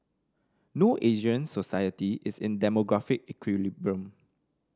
no Asian society is in demographic equilibrium